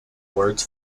words